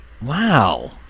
wow